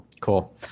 Cool